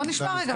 בואו נשמע רגע.